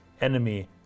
enemy